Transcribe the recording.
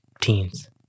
teens